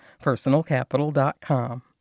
PersonalCapital.com